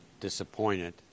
disappointed